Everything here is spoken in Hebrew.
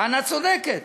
טענה צודקת.